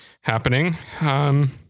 happening